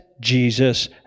Jesus